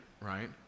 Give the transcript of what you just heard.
right